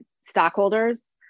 stockholders